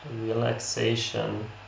relaxation